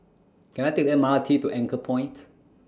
Can I Take The M R T to Anchorpoint